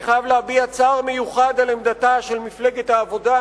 אני חייב להביע צער מיוחד על עמדתה של מפלגת העבודה,